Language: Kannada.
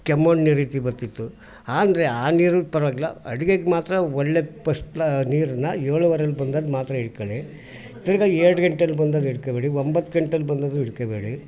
ಕೆಮ್ಮಣ್ಣು ನೀರು ರೀತಿ ಬರ್ತಿತ್ತು ಅಂದ್ರೆ ಆ ನೀರು ಪರವಾಗಿಲ್ಲ ಅಡುಗೆಗೆ ಮಾತ್ರ ಒಳ್ಳೆಯ ಪಸ್ಟ್ಕ್ಲಾ ನೀರನ್ನು ಏಳುವರೆಲಿ ಬಂದಾಗ ಮಾತ್ರ ಹಿಡ್ಕೊಳಿ ತಿರ್ಗಿ ಎರಡು ಗಂಟೆಲಿ ಬಂದಾಗ ಹಿಡ್ಕೊಬೇಡಿ ಒಂಬತ್ತು ಗಂಟೆಲಿ ಬಂದದ್ದು ಹಿಡ್ಕೊಬೇಡಿ